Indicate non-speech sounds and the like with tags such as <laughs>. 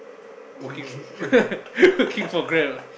instagram <laughs>